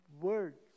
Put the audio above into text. words